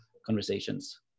Conversations